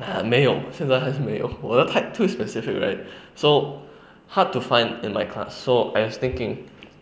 err 没有现在还是没有我的 type too specific right so hard to find in my class so I'm thinking